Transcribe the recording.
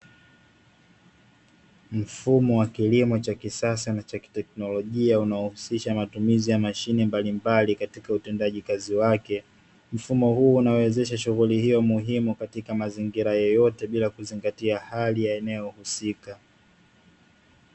Mfumo wa kilimo cha kisasa na chakiteknolojia unaohusisha matumizi ya mashine mbalimbali katika utendaji kazi wake, mfumo huu inawezesha shughuli hiyo muhimu katika mazingira yeyote bila kuzingatia hali ya eneo husika.